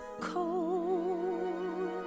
cold